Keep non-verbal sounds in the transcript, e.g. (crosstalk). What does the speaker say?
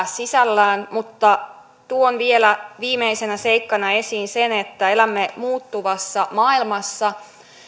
(unintelligible) sisällään tuon vielä viimeisenä seikkana esiin sen että elämme muuttuvassa maailmassa